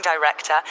director